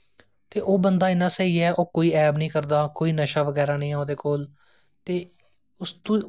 art and craft दा हून जेहड़ा गवर्नमेंट ने जेहडे़ नमें सब्जेक्ट कड्ढे आर्ट एंड कराफ्ट कड्ढेआ ते एहदे च